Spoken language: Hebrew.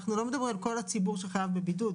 אנחנו לא מדברים על כל הציבור שחייב בבידוד.